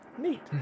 Neat